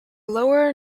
lower